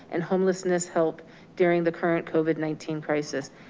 and homelessness help during the current covid nineteen crisis.